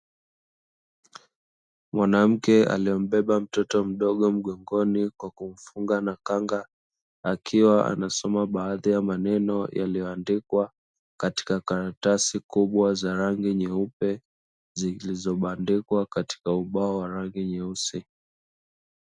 Mwanamke aliyembeba mtoto mdogo mgongoni kwa kumfunga na kanga, akiwa anasoma baadhi ya maneno yaliyoandikwa katika karatasi kubwa za rangi nyeupe zilizobandikwa katika ubao wa rangi nyeusi.